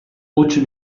huts